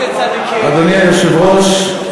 אדוני היושב-ראש,